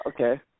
Okay